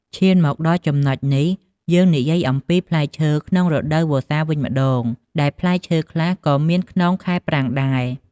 ឈានមកដល់ចំណុចនេះ យើងនិយាយអំពីផ្លែឈើក្នុងរដូវវស្សាវិញម្តង ដែលផ្លែឈើខ្លះក៏មានក្នុងខែប្រាំងដែរ។